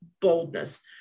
boldness